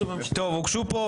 הוגשו פה